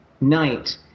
night